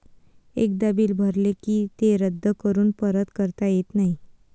एकदा बिल भरले की ते रद्द करून परत करता येत नाही